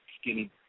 skinny